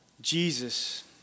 Jesus